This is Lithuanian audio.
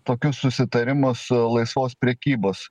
tokius susitarimus laisvos prekybos